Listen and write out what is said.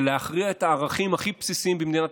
זה להכריע את הערכים הכי בסיסיים במדינת